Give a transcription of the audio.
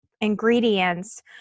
ingredients